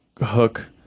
Hook